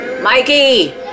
Mikey